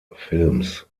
films